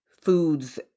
foods